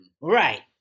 Right